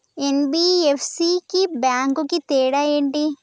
NBFC కి bank కి తేడా ఏంటి?